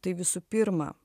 tai visų pirma